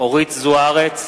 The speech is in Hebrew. אורית זוארץ,